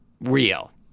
Real